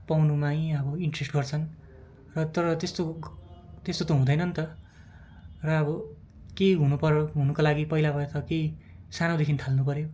पाउनुमै छ इन्ट्रेस गर्छन् र तर त्यस्तो त्यस्तो त हुँदैन नि त र अब के हुनुपऱ्यो हुनुको लागि पहिलाबाट त केही सानोदेखि थाल्नुपऱ्यो